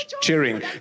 cheering